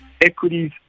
equities